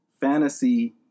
fantasy